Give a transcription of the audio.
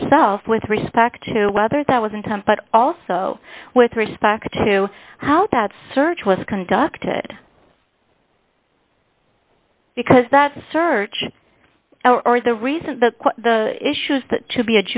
herself with respect to whether that was in time but also with respect to how that search was conducted because that search is the reason that the issues that